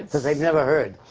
that they've never heard.